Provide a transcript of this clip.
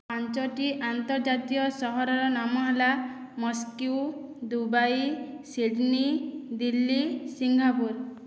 ପାଞ୍ଚୋଟି ଆନ୍ତର୍ଜାତୀୟ ସହରର ନାମ ହେଲା Moscow Dubai Sydney Delhi Singapore